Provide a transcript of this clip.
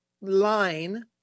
line